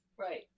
Right